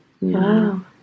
wow